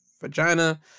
vagina